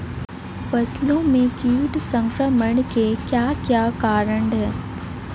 फसलों में कीट संक्रमण के क्या क्या कारण है?